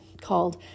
called